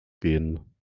gehen